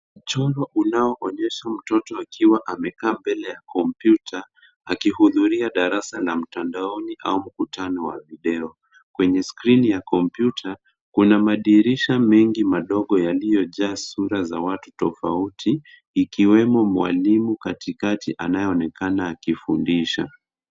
Mchoro unaoonyesha mtoto akiwa amekaa mbele la kompyuta akihudhuria darasa la mtandaoni au mkutano wa video. Kwenye skrini ya kompyuta kuna madirisha mengi madogo yaliyojaa sura za watu tofauti, ikiwemo mwalimu katikati anayeonekana akifundisha.